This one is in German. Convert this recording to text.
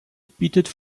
bietet